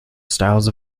styles